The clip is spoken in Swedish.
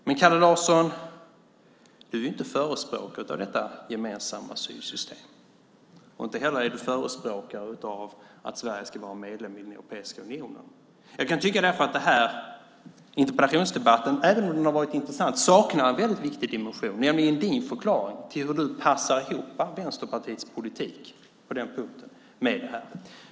Men, Kalle Larsson, du är inte förespråkare för detta gemensamma asylsystem. Inte heller är du förespråkare för att Sverige ska vara medlem i Europeiska unionen. Jag kan därför tycka att den här interpellationsdebatten, även om den har varit intressant, saknar en väldigt viktig dimension, nämligen din förklaring till hur du passar ihop Vänsterpartiets politik på den punkten med det här.